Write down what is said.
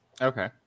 Okay